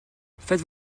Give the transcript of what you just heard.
faites